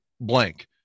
blank